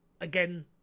again